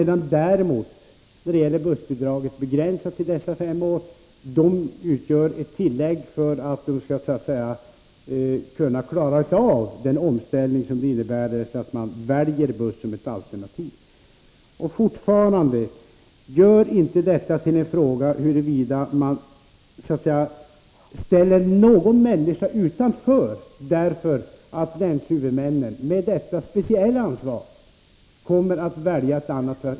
Däremot är bussbidragen begränsade till fem år. De utgår för att man skall kunna klara den omställning som det innebär att man väljer buss i stället för tåg. Gör inte detta till en fråga om huruvida man därigenom ställer någon människa utan möjlighet att välja! Länshuvudmännen har sitt speciella ansvar när det gäller att välja trafikmetod.